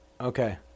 Okay